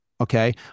Okay